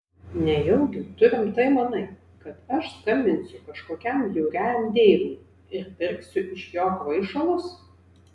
nejaugi tu rimtai manai kad aš skambinsiu kažkokiam bjauriajam deivui ir pirksiu iš jo kvaišalus